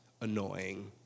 annoying